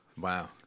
Wow